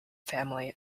family